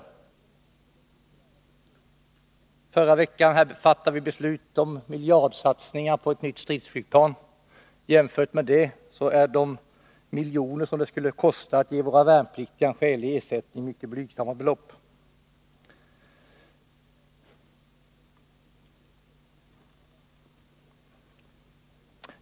I förra veckan fattade vi beslut om miljardsatsningar på ett nytt stridsflygplan. Jämfört med det är de miljoner som det skulle kosta att ge våra värnpliktiga skälig ersättning mycket blygsamma belopp.